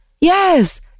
Yes